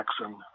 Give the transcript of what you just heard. Jackson